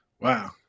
Wow